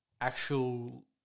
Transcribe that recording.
actual